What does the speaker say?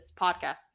podcast